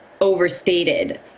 overstated